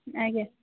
ଆଜ୍ଞା